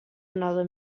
another